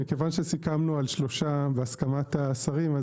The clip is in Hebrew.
מכיוון שסיכמנו על שלושה בהסכמת השרים,